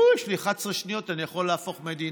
אוה, יש לי 11 שניות, אני יכול להפוך מדינה.